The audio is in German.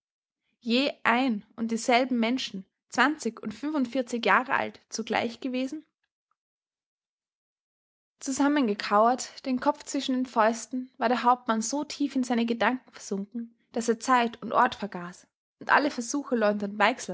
je ein und dieselben menschen zwanzig und fünfundvierzig jahre alt zugleich gewesen zusammengekauert den kopf zwischen den fäusten war der hauptmann so tief in seine gedanken versunken daß er zeit und ort vergaß und alle versuche